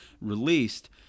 released